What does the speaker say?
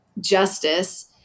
justice